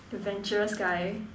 adventurous guy